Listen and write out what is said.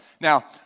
Now